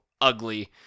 ugly